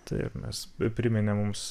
taip mes priminė mums